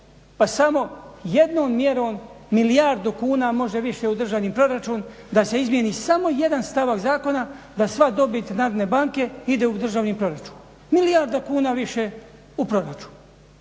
pa samo jednom mjerom milijardu kuna može više u državni proračun da se izmjeni samo jedan stavak zakona da sva dobit Narodne banke ide u državni proračun, milijarda kuna više u proračun.